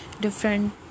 different